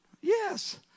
Yes